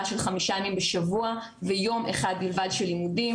של חמישה ימים בשבוע ויום אחד בלבד של לימודים,